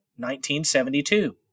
1972